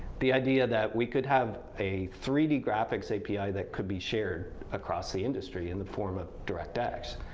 the idea that we could have a three d graphics api that could be shared across the industry in the form of directx,